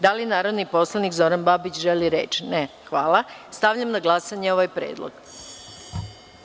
Da li narodni poslanik Zoran Babić želi reč? (Ne) Stavljam na glasanje ovaj predlog.